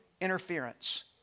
interference